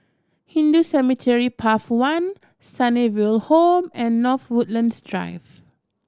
Hindu Cemetery Path One Sunnyville Home and North Woodlands Drive